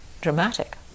dramatic